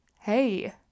Hey